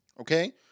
Okay